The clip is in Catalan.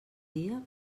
dia